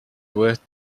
worth